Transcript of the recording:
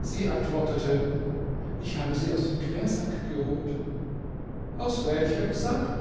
sie antwortete ich habe sie aus dem quersack geholt aus welchem sack